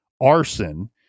arson